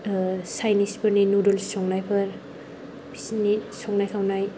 चाइनिसफोरनि noodles संनायफोर बिसोरनि संनाय खावनाय